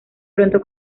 pronto